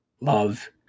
love